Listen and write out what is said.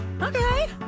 Okay